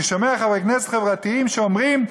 אני שומע חברי כנסת חברתיים שאומרים,